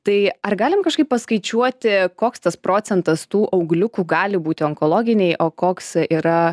tai ar galim kažkaip paskaičiuoti koks tas procentas tų augliukų gali būti onkologiniai o koks yra